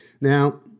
Now